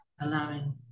allowing